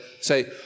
say